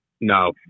No